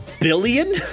billion